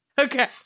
Okay